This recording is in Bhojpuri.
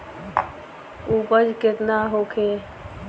उपज केतना होखे?